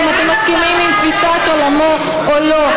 ואם אתם מסכימים עם תפיסת עולמו או לא.